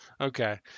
Okay